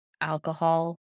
alcohol